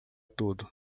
tudo